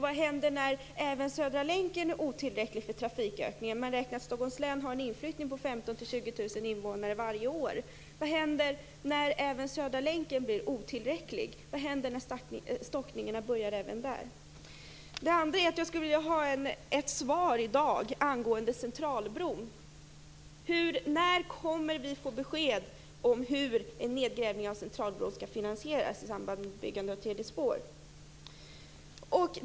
Vad händer när även Södra länken blir otillräcklig för trafikökningen. Man räknar med att Stockholms län har en inflyttning på 15 000-20 000 invånare varje år. Vad händer när även Södra länken blir otillräcklig? Vad händer när stockningarna börjar även där? Det andra är att jag skulle vilja ha ett svar i dag angående Centralbron. När kommer vi att få besked om hur en nedgrävning av Centralbron skall finansieras i samband med byggandet av ett tredje spår?